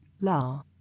La